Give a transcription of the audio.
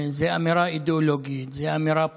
זו אמירה אידיאולוגית, זו אמירה פוליטית,